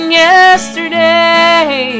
yesterday